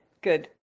Good